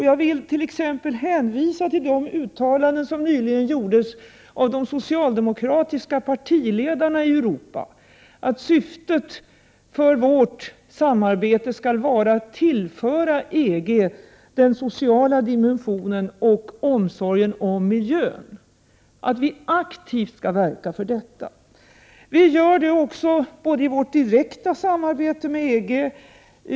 Jag vill som exempel hänvisa till de uttalanden som nyligen gjordes av de socialdemokratiska partiledarna i Europa, att syftet med vårt samarbete skall vara att tillföra EG den sociala dimensionen och omsorgen om miljön, att vi aktivt skall verka för detta. Vi gör det också i vårt direkta samarbete med EG.